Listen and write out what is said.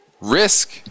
risk